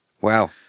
Wow